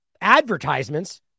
advertisements